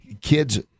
kids